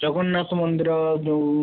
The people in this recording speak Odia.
ଜଗନ୍ନାଥ ମନ୍ଦିର ଯେଉଁ